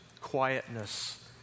quietness